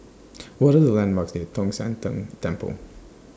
What Are The landmarks near Tong Sian Tng Temple